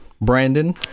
Brandon